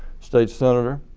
state senator.